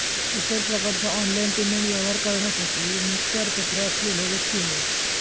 इतर प्रकारचा online payment व्यवहार करण्यासाठी मुखत्यारपत्र असलेलो व्यक्ती होवो